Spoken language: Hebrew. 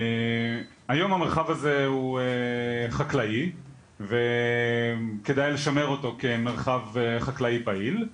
היום המרחב הזה הוא חקלאי וכדאי לשמר אותו כמרחב חקלאי פעיל.